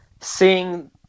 seeing